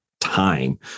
time